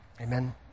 Amen